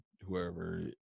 whoever